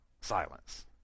silence